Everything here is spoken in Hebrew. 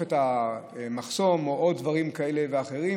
את המחסום או עוד דברים כאלה ואחרים,